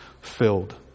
filled